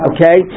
Okay